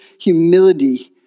humility